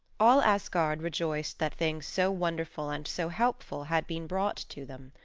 all asgard rejoiced that things so wonderful and so helpful had been brought to them.